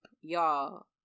y'all